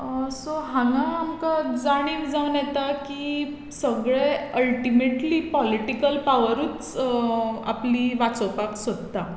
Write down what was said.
so हांगा आमकां जाणीव जावन येता की सगळें अल्टिमेट्ली पॉलिटिकल पावरूच आपली वाचोवपाक सोदता